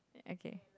okay